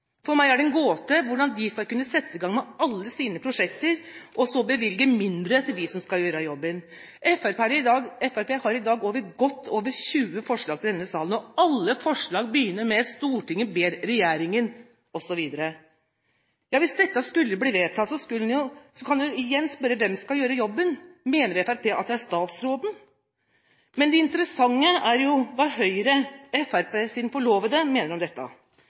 For meg er det en gåte hvordan de skal kunne sette i gang med alle sine prosjekter, og så bevilge mindre til de som skal gjøre jobben. Fremskrittspartiet har i dag godt over 20 forslag i denne salen, og alle forslagene begynner med «Stortinget ber regjeringen …» osv. Hvis dette skulle bli vedtatt, kan man igjen spørre om hvem som skal gjøre jobben. Mener Fremskrittspartiet at det er statsråden? Men det interessante er hva Høyre, Fremskrittspartiets forlovede, mener om dette.